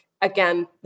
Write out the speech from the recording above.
again